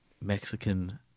Mexican